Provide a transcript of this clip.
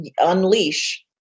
unleash